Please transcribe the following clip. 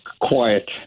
quiet